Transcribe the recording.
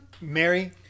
Mary